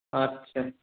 আচ্ছা